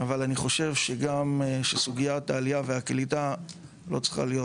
אבל אני חושב שסוגיית העלייה והקליטה לא צריכה להיות,